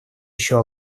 еще